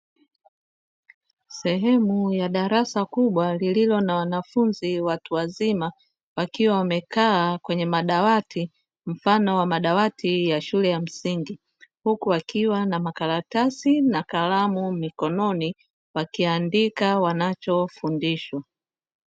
Sehemu ya darasa kubwa lililo wanafunzi watu wazima wakiwa wamekaa kwenye madawati, mfano wa madawati ya shule ya msingi; huku wakiwa na makaratasi na kalamu mikononi, wakiandika wachofundishwa.